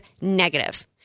negative